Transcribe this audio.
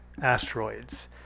asteroids